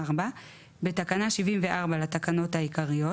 74 2. בתקנה 74 לתקנות העיקריות